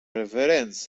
överens